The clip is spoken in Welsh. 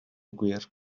gwir